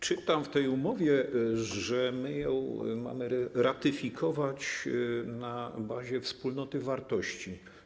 Czytam w tej umowie, że mamy ją ratyfikować na bazie wspólnoty wartości.